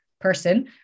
person